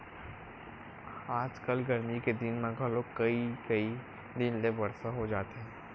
आजकल गरमी के दिन म घलोक कइ कई दिन ले बरसा हो जाथे